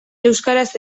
euskaraz